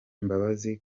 mbabazi